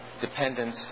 dependence